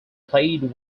played